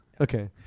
Okay